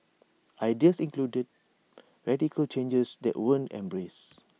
ideas included radical changes that weren't embraced